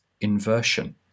inversion